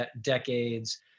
decades